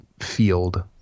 field